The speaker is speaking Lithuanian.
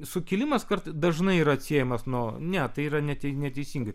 sukilimas kart dažnai yra atsiejamas nuo ne tai yra ne neteisingai